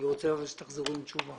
בעיקרון עברנו על כל הצו.